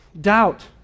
Doubt